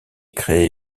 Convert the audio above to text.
créé